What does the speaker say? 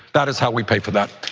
that is how we pay for that,